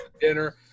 dinner